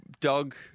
dog